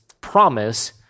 promise